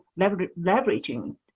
leveraging